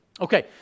Okay